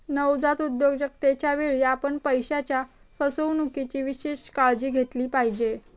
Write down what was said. नवजात उद्योजकतेच्या वेळी, आपण पैशाच्या फसवणुकीची विशेष काळजी घेतली पाहिजे